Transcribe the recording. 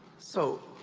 so.